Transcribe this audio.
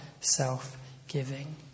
self-giving